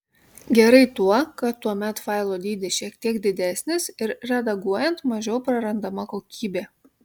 gerai tuo kad tuomet failo dydis šiek tiek didesnis ir redaguojant mažiau prarandama kokybė